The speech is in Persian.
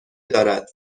دارد